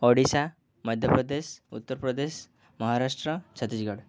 Odisha Madhya Pradesh Uttar Pradesh Maharashtra Chhattisgarh